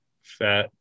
fat